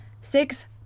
six